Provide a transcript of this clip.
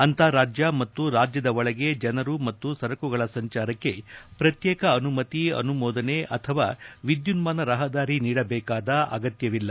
ಅಂತಾರಾಜ್ಯ ಮತ್ತು ರಾಜ್ಯದ ಒಳಗೆ ಜನರು ಮತ್ತು ಸರಕುಗಳ ಸಂಚಾರಕ್ಕೆ ಪ್ರತ್ಯೇಕ ಅನುಮತಿ ಅನುಮೋದನೆ ಅಥವಾ ವಿದ್ಯುನ್ಮಾನ ರಹದಾರಿ ನೀಡಬೇಕಾದ ಅಗತ್ಯವಿಲ್ಲ